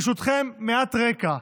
ברשותכם, מעט רקע,